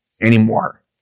anymore